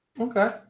Okay